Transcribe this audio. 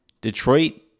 Detroit